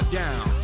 down